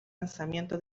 lanzamiento